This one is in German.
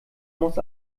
muss